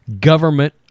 government